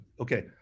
Okay